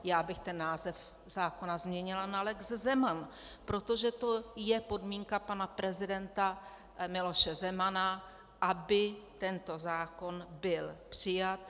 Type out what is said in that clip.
Já bych ten název zákona změnila na lex Zeman, protože to je podmínka pana prezidenta Miloše Zemana, aby tento zákon byl přijat.